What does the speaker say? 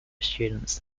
students